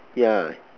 yeah